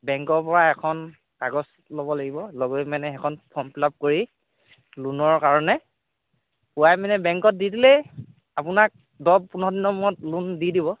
বেংকৰপৰা এখন কাগজ ল'ব লাগিব লৈ মেনে সেইখন ফৰ্ম ফিল আপ কৰি লোণৰ কাৰণে পুৱাই মানে বেংকত দি দিলেই আপোনাক দহ পোন্ধৰ দিনৰ মূৰত লোণ দি দিব